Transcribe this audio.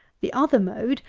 the other mode,